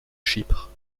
chypre